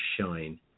shine